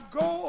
go